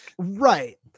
Right